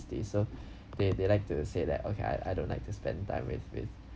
~city so they they like to say that okay I I don't like to spend time with with